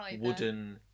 wooden